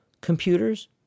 computers